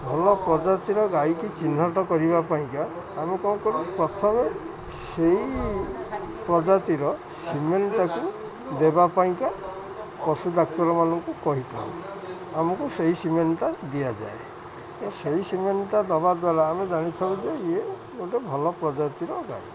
ଭଲ ପ୍ରଜାତିର ଗାଈକି ଚିହ୍ନଟ କରିବା ପାଇଁକା ଆମେ କ'ଣ କରୁ ପ୍ରଥମେ ସେଇ ପ୍ରଜାତିର ସିମେନ୍ଟାକୁ ଦେବା ପାଇଁକା ପଶୁ ଡାକ୍ତରମାନଙ୍କୁ କହିଥାଉ ଆମକୁ ସେଇ ସିମେନ୍ଟା ଦିଆଯାଏ ତ ସେଇ ସିମେନ୍ଟା ଦବା ଦ୍ୱାରା ଆମେ ଜାଣିଥାଉ ଯେ ଇଏ ଗୋଟେ ଭଲ ପ୍ରଜାତିର ଗାଈ